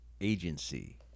Agency